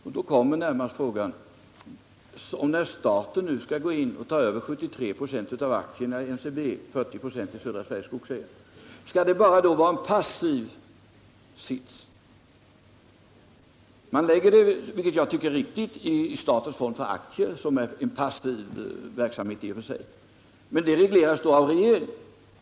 Och då blir frågan närmast: När staten nu skall gå in och ta över 73 96 av aktierna i NCB och 40 96 i Södra Skogsägarna, skall det då bara vara en passiv sits? Man lägger det — vilket jag tycker är riktigt — i statens fond för aktier, som är en passiv verksamhet i och för sig. Men den regleras av regeringen.